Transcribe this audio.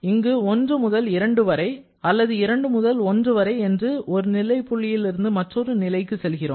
இங்கு 1 முதல் 2 வரை அல்லது 2 முதல் 1 வரை என்று ஒரு நிலை புள்ளியில் இருந்து மற்றொரு நிலைக்கு செல்கிறோம்